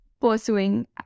pursuing